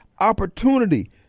opportunity